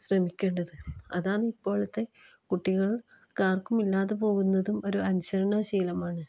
ശ്രമിക്കേണ്ടത് അതാണ് ഇപ്പോഴത്തെ കുട്ടികൾക്കാർക്കും ഇല്ലാതെ പോകുന്നതും ഒരു അനുസരണാശീലമാണ്